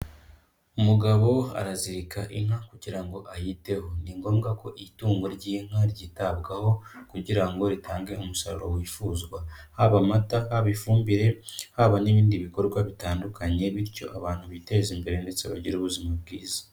Umugabo arazirika inka kugira ngo ayiteho, ni ngombwa ko itungo ry'inka ryitabwaho, kugira ngo ritange umusaruro wifuzwa, haba amata, haba ifumbire, haba n'ibindi bikorwa bitandukanye bityo abantu biteze imbere ndetse bagire ubuzima bwiza.